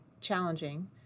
challenging